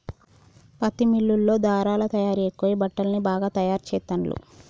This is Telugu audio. పత్తి మిల్లుల్లో ధారలా తయారీ ఎక్కువై బట్టల్ని బాగా తాయారు చెస్తాండ్లు